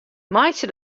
meitsje